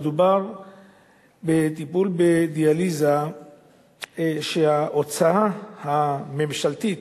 מדובר בטיפול בדיאליזה שההוצאה הממשלתית,